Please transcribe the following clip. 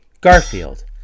Garfield